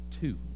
Two